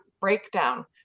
breakdown